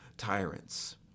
Tyrants